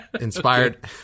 inspired